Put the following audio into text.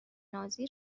نازی